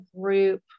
group